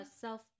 self